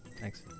Thanks